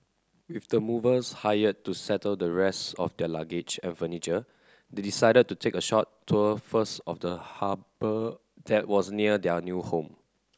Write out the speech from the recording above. with the movers hired to settle the rest of their luggage and furniture they decided to take a short tour first of the harbour that was near their new home